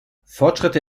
fortschritte